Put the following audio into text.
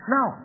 Now